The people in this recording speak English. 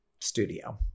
studio